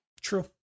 True